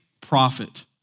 prophet